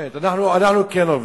אנחנו כן עובדים.